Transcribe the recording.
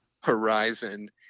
horizon